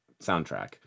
soundtrack